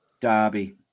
Derby